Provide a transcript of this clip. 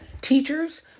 teachers